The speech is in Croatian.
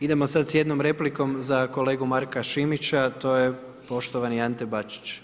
Idemo sada s jednom replikom za kolegu Marka Šimića, to je poštovani Ante Bačić.